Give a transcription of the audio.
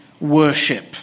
worship